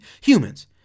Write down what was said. humans